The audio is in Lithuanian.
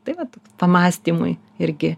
tai vat pamąstymui irgi